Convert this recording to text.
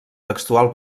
textual